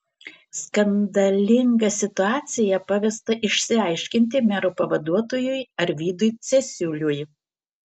skandalingą situaciją pavesta išsiaiškinti mero pavaduotojui arvydui cesiuliui